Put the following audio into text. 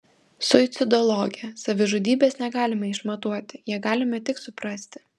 suicidologė savižudybės negalime išmatuoti ją galime tik suprasti